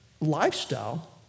lifestyle